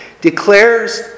declares